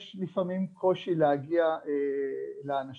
יש לפעמים קושי להגיע לאנשים,